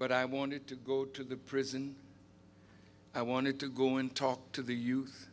but i wanted to go to the prison i wanted to go and talk to the youth